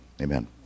amen